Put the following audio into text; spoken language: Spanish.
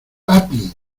papi